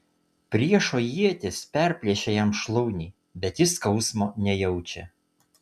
priešo ietis perplėšia jam šlaunį bet jis skausmo nejaučia